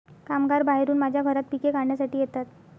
कामगार बाहेरून माझ्या घरात पिके काढण्यासाठी येतात